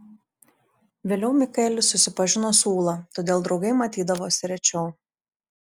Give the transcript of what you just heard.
vėliau mikaelis susipažino su ūla todėl draugai matydavosi rečiau